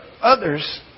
others